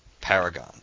paragon